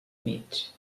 mig